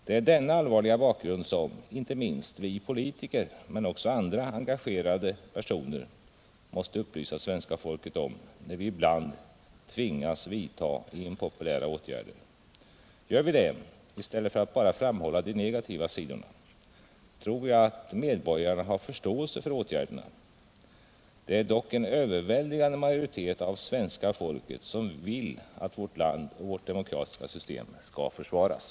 Det är denna allvarliga bakgrund som, inte minst, vi politiker men också andra engagerade personer måste upplysa svenska folket om när vi ibland tvingas vidta impopulära åtgärder. Gör vi det, i stället för att bara framhålla de negativa sidorna, tror jag att medborgarna har förståelse för åtgärderna. Det är dock en överväldigande majoritet av svenska folket som vill att vårt land och vårt demokratiska system skall försvaras.